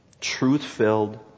truth-filled